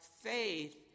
faith